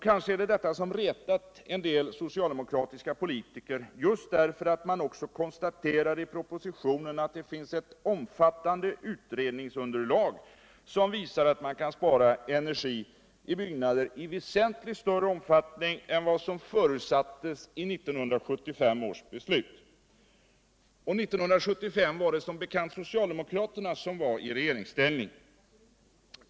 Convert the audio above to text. Kanske har det retat en del socialdemokratiska politiker att man också konstaterar i propositionen att det finns ett omfattande utredningsunderlag som visar att man kan spara energi i byggnader i väsentligt större omfattning än vad som förutsattes i 19735 års beslut. Och 1975 var som bekant socialdemokraterna i regeringsställning.